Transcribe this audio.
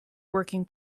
working